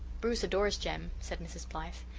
bruce adores jem, said mrs blythe.